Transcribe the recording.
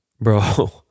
bro